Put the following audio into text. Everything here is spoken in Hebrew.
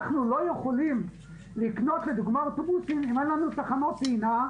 אנחנו לא יכולים לקנות לדוגמה אוטובוסים אם אין לנו תחנות טעינה,